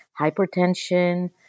hypertension